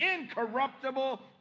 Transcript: incorruptible